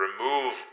remove